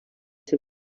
ser